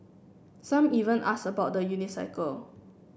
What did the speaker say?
some even ask about the unicycle